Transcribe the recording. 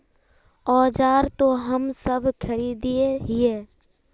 औजार तो हम सब खरीदे हीये?